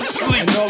sleep